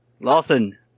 Lawson